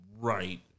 right